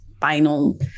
Final